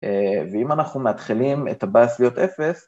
ואם אנחנו מתחילים את הבאס להיות אפס